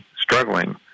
struggling